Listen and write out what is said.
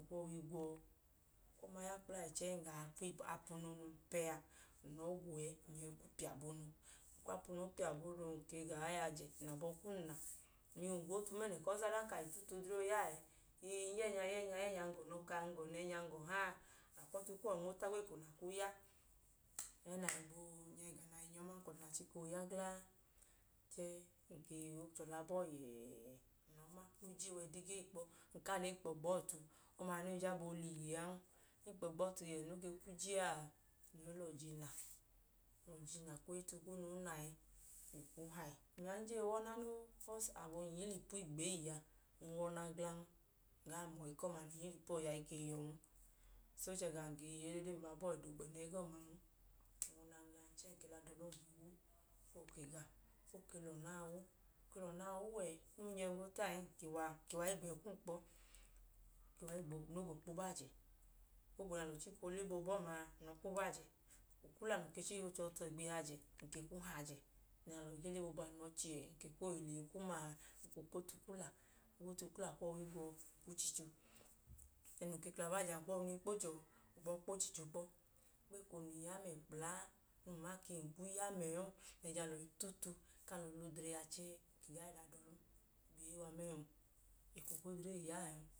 Ng kwu ọọ i gwo. Ng kwu ọma i ya kpla ẹẹ chẹẹ, ng gaa kwu apu nu num pẹ a, ng lẹ ọọ gwu ẹẹ ng nyọi kwu piya bonu. Ng kwu apu nu i piya bonu, ng ke gaa yajẹ. Ng lẹ abọ kum na. Ng lẹ iyum gwotu mẹẹnẹ because ọdanka a i tutu ku odre ooya ẹẹ, ii, ya ẹẹnya, ya ẹẹnya, ya ẹẹnya mẹẹnẹ, ga ọnu ọka, ng ga ọnu ọka ẹẹnya, ng ga ọha a, a kwu ọtu kuwọ i nmota gbeko na kwu ya ẹẹ nẹ a i gboo nyọ ẹga nẹ a i nyọ gla aman ka ọda na chika ooya gla a. Chẹẹ, ng ke, o chọla bọọ yẹẹ, ng lọọ ma, o je wa ẹdọ egee kpọ ng kaa lẹ enkpọ gbọọ ọtu. Ọma no i jabọ ooliyiye an. Ng lẹ enkpọ gbọọ ọtu yẹẹ nẹ o ke kwu je a, ng nyọ i lẹ ọji na. Ng lẹ ọji na, kwu entu kunu i na ẹ, ng kwu hayi. Ami a ng jee wu ọna gla noo because abọ um yila ipu igbee a, ng wu ọna glan. Ng gaa num eko num yila ipu, ọyi a i ke yọn. So, o ge chẹ lum ge ya odee o baa bọọ, ọda ogbẹnyi ẹgọman. Ng wu ọna glan. Chẹẹ ng ke lẹ ada ọbum higwu, o ke ga. O ke lẹ ọna a wu. O ke lẹ ọna a wu ẹẹ, o nyẹ gwọta ẹẹ a, ng ke wa, ng ke wa i gbọọ ẹkum kpọ. Ng lẹ ogo kpo ba ajẹ. Ogo nẹ alọ chika oole boobu ọma a, ng lẹ ọọ kpo ba ajẹ. Ukula num chika ooche ọ tọ igbihiajẹ, ng ke kwu hayi ajẹ. Ẹẹnẹ alọ gee le boobu a, ng lẹ ọọ che ẹẹ. Ng ke kwu ohile i kwu ma. Ng ke kwu kpo tu ukula. Ng kwu ọọ i kpo tu ukula kwu ọwu i gwu ọ kwu che icho. Ẹẹ num ke kla ba ajẹ a, ng kwu ọwu nu i kpo che ọọ, kwu ọọ i kpo che icho kpọ. Chẹẹ ng gaa le da ada-ọbum ka oowa mẹẹn, eko ku odre le ya na ẹẹn.